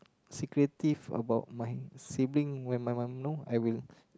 secretive about my sibling when my mum know I will